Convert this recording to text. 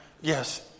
yes